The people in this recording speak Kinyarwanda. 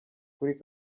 kuri